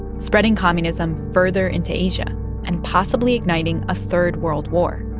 spreading communism further into asia and possibly igniting a third world war.